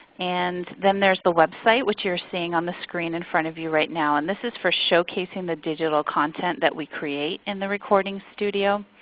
and then there's the website which you're seeing on the screen in front of you right now and this is for showcasing the digital content that we create in the recording studio.